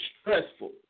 stressful